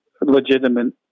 legitimate